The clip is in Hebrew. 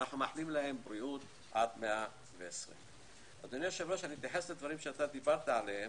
אנחנו מאחלים להם בריאות עד 120. אתייחס לדברים שדיברת עליהם,